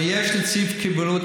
אבל יש נציב קבילות.